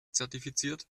zertifiziert